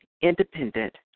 independent